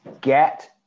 get